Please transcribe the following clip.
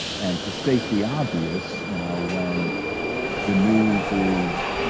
and to state the obvious, you know when the news is,